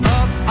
up